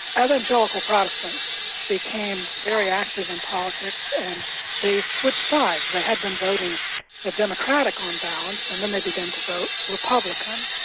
evangelical protestants became very active in politics and they switched sides. they had been voting democratic on balance, and then they began to vote republican,